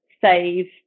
save